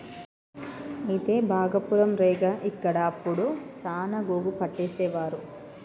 అయితే భాగపురం రేగ ఇక్కడ అప్పుడు సాన గోగు పట్టేసేవారు